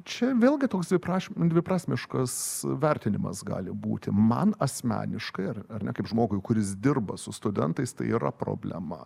čia vėlgi toks dvipraš dviprasmiškas vertinimas gali būti man asmeniškai ar ne kaip žmogui kuris dirba su studentais tai yra problema